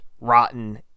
rotten